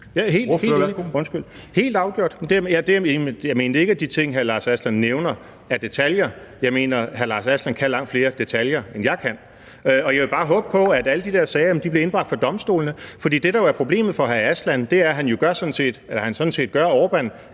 er helt enig. Jeg mente ikke, at de ting, hr. Lars Aslan Rasmussen nævner, er detaljer. Jeg mener, at hr. Lars Aslan Rasmussen kan langt flere detaljer, end jeg kan. Og jeg vil bare håbe på, at alle de der sager bliver indbragt for domstolene, for det, der er problemet for hr. Lars Aslan Rasmussen, er jo, at han sådan set gør Orbán